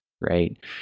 Right